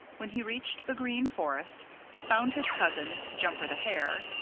when he reached the green forest he found his cousin, jumper the hare,